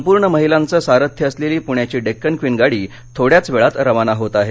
संपूर्ण महिलांचं सारथ्य असलेली पुण्याची डेक्कन क्वीन गाडी थोड्याच वेळात रवाना होत आहे